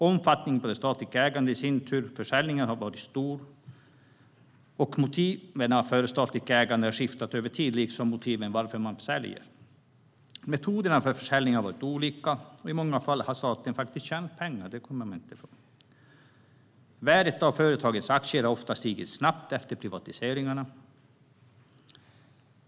Omfattningen på det statliga ägandet och i sin tur försäljningarna har varit stor. Motiven för statligt ägande har skiftat över tid, liksom motiven för att sälja. Metoderna för försäljning har varit olika, och man kommer inte ifrån att i många fall har staten tjänat pengar. Värdet av företagens aktier har ofta stigit snabbt efter privatiseringarna.